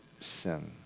sin